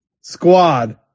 squad